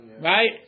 right